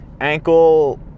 ankle